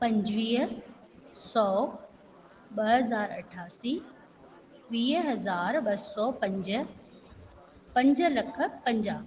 पंजुवीह सौ ॿ हज़ार अठासी वीअ हज़ार ॿ सौ पंज पंज लख पंजाहु